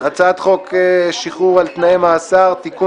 הצעת חוק שחרור על-תנאי ממאסר (תיקון